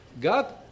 God